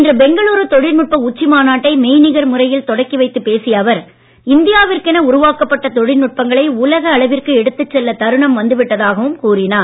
இன்று பெங்களுர் தொழில்நுட்ப உச்சி மாநாட்டை மெய்நிகர் முறையில் தொடக்கி வைத்து பேசிய அவர் இந்தியாவிற்கென உருவாக்கப்பட்ட தொழில்நுட்பங்களை உலக அளவிற்கு எடுத்துச் செல்ல தருணம் வந்துவிட்டதாகவும் கூறினார்